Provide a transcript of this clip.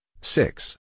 six